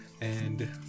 and-